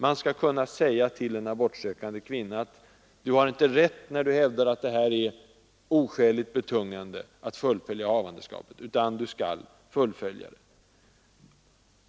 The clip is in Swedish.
Man skall kunna säga till en abortsökande kvinna: Du har inte rätt när du hävdar att det är oskäligt betungande att fullfölja havandeskapet, utan du skall fullfölja det.